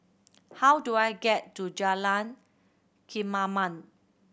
how do I get to Jalan Kemaman